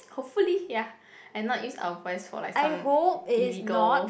hopefully ya and not use our voice for like some illegal